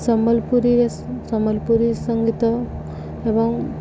ସମ୍ବଲପୁରୀରେ ସମ୍ବଲପୁରୀ ସଙ୍ଗୀତ ଏବଂ